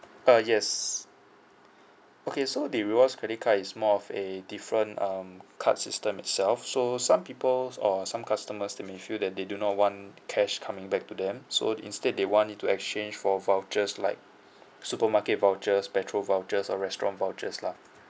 uh yes okay so the rewards credit card is more of a different um card system itself so some people or some customers they may feel that they do not want cash coming back to them so instead they want it to exchange for vouchers like supermarket vouchers petrol vouchers or restaurant vouchers lah